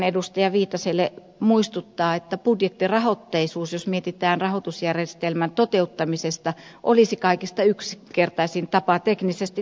viitaselle muistuttaa että budjettirahoitteisuus jos mietitään rahoitusjärjestelmän toteuttamista olisi kaikista yksinkertaisin tapa teknisesti toteuttaa